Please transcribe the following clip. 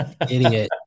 idiot